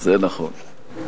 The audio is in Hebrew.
זה נכון.